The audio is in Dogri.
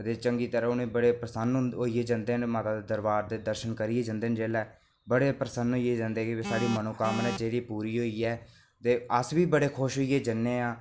ते बड़ी चंगी तरह कन्नै बड़े प्रसन्न होइयै जंदे न माता दे दरबार दर्शन करियै जंदे न जेल्लै बड़े प्रसन्न होइयै जंदे कि साढ़ी मनोकामना जेह्ड़ी पूरी होई ऐ ते अस बी बड़े खुश होइयै जन्ने आं